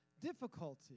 difficulty